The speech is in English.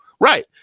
Right